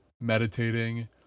meditating